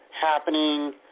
happening